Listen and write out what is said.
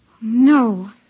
No